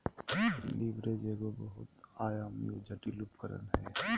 leverage एगो बहुआयामी, जटिल उपकरण हय